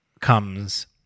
comes